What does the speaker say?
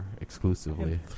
exclusively